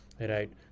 right